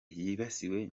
yibasiwe